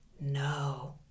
No